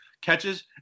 catches